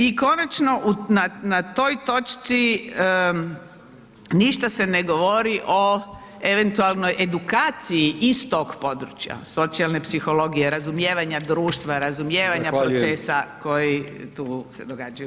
I konačno na toj točci ništa se ne govori o eventualnoj edukaciji iz tog područja, socijalne psihologije, razumijevanja društva, razumijevanja procesa koji tu se događaju.